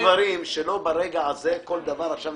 סליחה, יש דברים שלא ברגע הזה כל דבר נכנס.